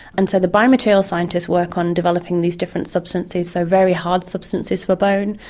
and so the biomaterial scientists work on developing these different substances, so very hard substances for bone.